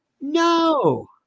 No